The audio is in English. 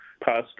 past